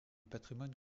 patrimoine